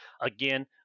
Again